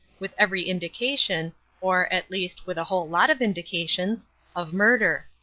with every indication or, at least, with a whole lot of indications of murder.